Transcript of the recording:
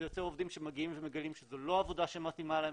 זה יותר עובדים שמגיעים ומגלים שזו לא עבודה שמתאימה להם,